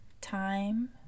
time